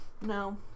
No